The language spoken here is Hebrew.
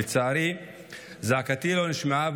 לצערי זעקתי לא נשמעה,